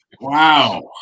Wow